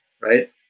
right